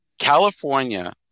California